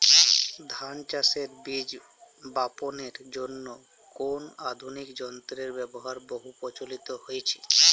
ধান চাষের বীজ বাপনের জন্য কোন আধুনিক যন্ত্রের ব্যাবহার বহু প্রচলিত হয়েছে?